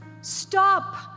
stop